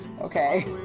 Okay